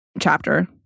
chapter